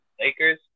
Lakers